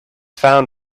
found